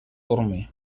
dormir